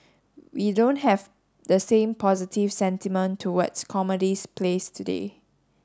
we don't have the same positive sentiment towards plays today